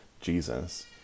Jesus